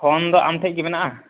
phone ᱫᱚ ᱟᱢ ᱴᱷᱮᱱ ᱜᱮ ᱢᱮᱱᱟᱜᱼᱟ